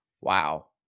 wow